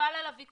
חבל על הוויכוח.